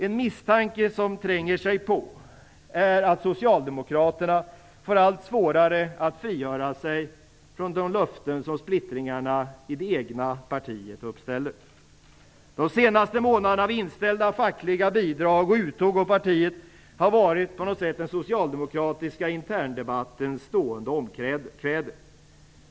En misstanke som tränger sig på är att Socialdemokraterna får allt svårare att frigöra sig från de löften som splittringarna i det egna partiet uppställer. De senaste månaderna av inställda fackliga bidrag och uttåg ur partiet har på något sätt varit den socialdemokratiska interndebattens stående omkväde.